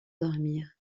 dormir